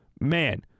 man